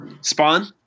Spawn